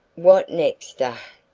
what next? ugh!